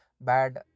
bad